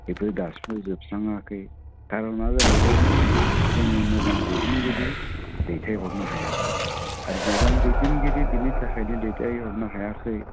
बेफोर दासिम जोबस्रांयाखै खारना जाहैबाय मा जोङो मोजां दैदेनगिरि दैथाइ हरनो हायाखै आरो मोजां दैदेनगिरि बिनि थाखायनो दैथाइहरनो हायाखै